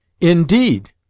Indeed